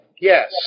Yes